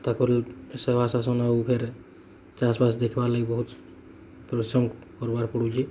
ତାକର ଚାଷ୍ ବାସ୍ ଦେଖିବାର୍ ଲାଗି ବହୁତ ପରିଶ୍ରମ କରବାର୍ ପଡୁଛି